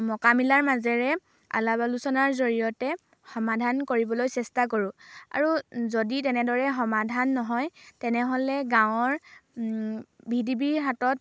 মকা মিলাৰ মাজেৰে আলাপ আলোচনাৰ জৰিয়তে সমাধান কৰিবলৈ চেষ্টা কৰোঁ আৰু যদি তেনেদৰে সমাধান নহয় তেনেহ'লে গাঁৱৰ ভি ডি বিৰ হাতত